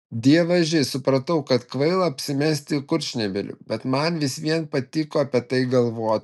dievaži supratau kad kvaila apsimesti kurčnebyliu bet man vis vien patiko apie tai galvoti